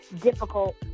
difficult